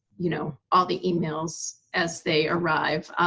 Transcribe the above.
you know all the emails as they arrive.